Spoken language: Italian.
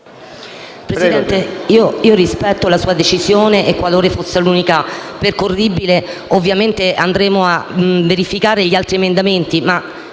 Presidente, rispetto la sua decisione e, qualora fosse l'unica percorribile, andremo a verificare gli altri emendamenti.